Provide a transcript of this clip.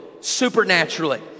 supernaturally